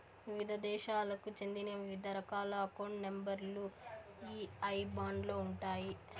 వివిధ దేశాలకు చెందిన వివిధ రకాల అకౌంట్ నెంబర్ లు ఈ ఐబాన్ లో ఉంటాయి